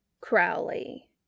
Crowley